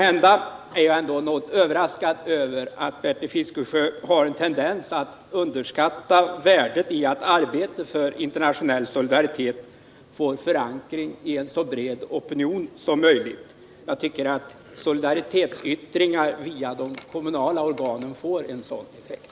Måhända är jag ändå något överraskad över att han har en tendens att underskatta värdet i att arbete för internationell solidaritet får förankring i en så bred opinion som möjligt. Jag tycker att solidaritetsyttringar via de kommunala organen får en sådan effekt.